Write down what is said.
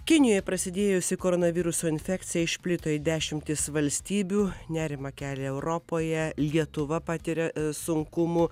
kinijoje prasidėjusi koronaviruso infekcija išplito į dešimtis valstybių nerimą kelia europoje lietuva patiria sunkumų